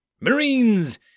Marines